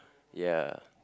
ya